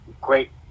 great